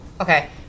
Okay